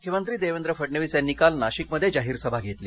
मुख्यमंत्री देवेंद्र फडणवीस यांनी काल नाशिकमध्ये जाहीर सभा घेतली